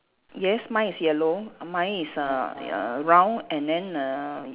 yes mine is yellow mine is uh uh round and then err